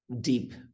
Deep